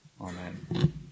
Amen